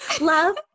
love